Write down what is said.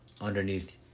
Underneath